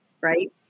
right